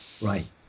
Right